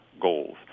goals